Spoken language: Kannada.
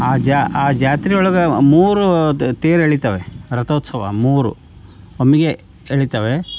ಆ ಜಾ ಆ ಜಾತ್ರೆಯೊಳಗೆ ಮೂರು ತೇರು ಎಳಿತಾವೆ ರಥೋತ್ಸವ ಮೂರು ಒಮ್ಮೆಗೆ ಎಳಿತಾವೆ